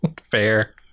Fair